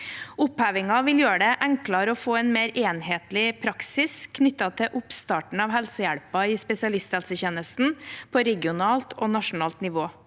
Opphevingen vil gjøre det enklere å få en mer enhetlig praksis knyttet til oppstarten av helsehjelpen i spesialisthelsetjenesten på regionalt og nasjonalt nivå.